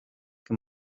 que